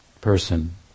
person